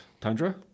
Tundra